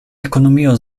ekonomia